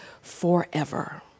forever